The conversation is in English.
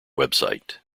website